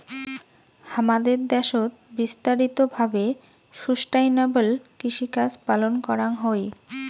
হামাদের দ্যাশোত বিস্তারিত ভাবে সুস্টাইনাবল কৃষিকাজ পালন করাঙ হই